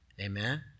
amen